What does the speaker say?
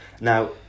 Now